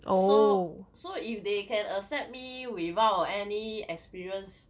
so so if they can accept me without any experience